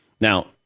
Now